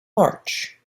march